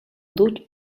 duc